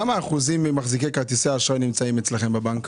כמה אחוזים של מחזיקי כרטיסי אשראי נמצאים אצלכם בבנק?